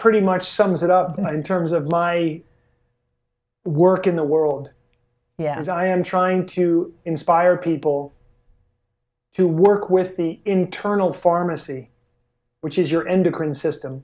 pretty much sums it up in terms of my work in the world yes i am trying to inspire people to work with the internal pharmacy which is your integrated system